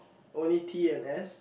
only T and S